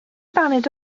baned